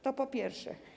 To po pierwsze.